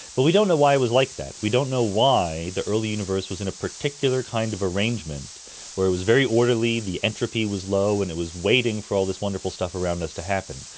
but we don't know why it was like that, we don't know why the early universe was in a particular kind of arrangement where it was very orderly, the entropy was low and it was waiting for all this wonderful stuff around us to happen.